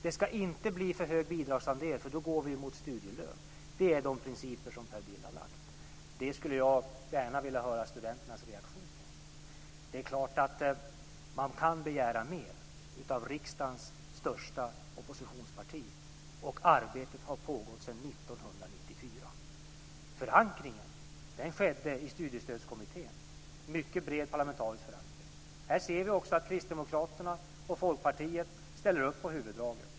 Det ska inte bli för hög bidragsandel, för då går vi mot studielön. Det är de principer som Per Bill har lagt fram. Det skulle jag gärna vilja höra studenternas reaktion på. Det är klart att man kan begära mer av riksdagens största oppositionsparti. Arbetet har pågått sedan Förankringen skedde i Studiestödskommittén, en mycket bred parlamentarisk förankring. Här ser vi också att Kristdemokraterna och Folkpartiet ställer upp på huvuddragen.